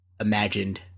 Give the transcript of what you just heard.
imagined